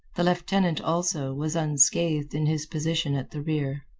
the lieutenant, also, was unscathed in his position at the rear.